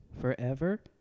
Forever